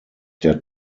der